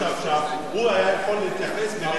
הוא היה יכול להתייחס במלה אחת,